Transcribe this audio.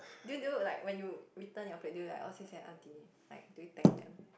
do you do like when you return your plate do you like oh 谢谢: xie xie aunty do you thank them